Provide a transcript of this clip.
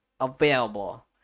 available